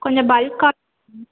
கொஞ்சம் bulk order